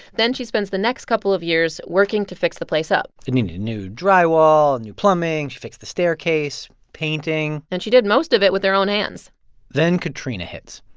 then she spends the next couple of years working to fix the place up it needed a new drywall, and new plumbing. she fixed the staircase, painting and she did most of it with their own hands then katrina hits.